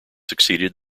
succeeded